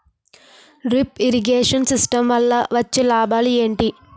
Drip irrigation system వల్ల వచ్చే లాభాలు ఏంటి?